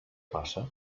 passa